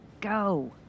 Go